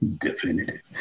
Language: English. Definitive